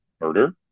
murder